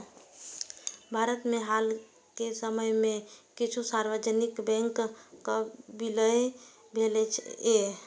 भारत मे हाल के समय मे किछु सार्वजनिक बैंकक विलय भेलैए